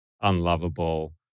unlovable